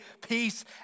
peace